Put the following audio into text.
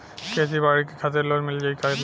खेती बाडी के खातिर लोन मिल जाई किना?